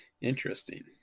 Interesting